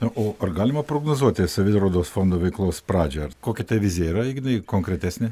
o ar galima prognozuoti savidraudos fondo veiklos pradžią kokia ta vizija yra ignai konkretesnė